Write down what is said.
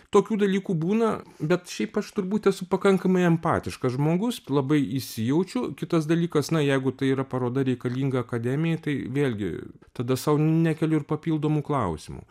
tokių dalykų būna bet šiaip aš turbūt esu pakankamai empatiškas žmogus labai įsijaučiu kitas dalykas na jeigu tai yra paroda reikalinga akademijai tai vėlgi tada sau nekeliu ir papildomų klausimų